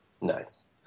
Nice